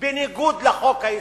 בניגוד לחוק הישראלי,